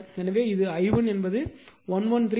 எனவே இது i1 என்பது 113